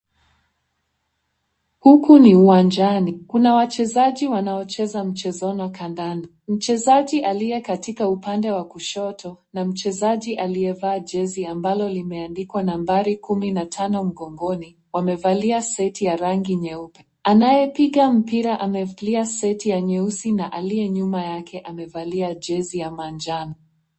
Huku ni uwanjani. Kuna wachezaji wanaocheza mchezo na kandanda. Mchezaji aliye katika upande wa kushoto, na mchezaji aliyevaa jezi ambalo limeandikwa nambari kumi na tano mgongoni, wamevalia seti ya rangi nyeupe. Anayepiga mpira amevalia seti ya nyeusi na aliye nyuma yake amevalia jezi ya manjano.